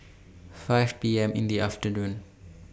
five P M in The afternoon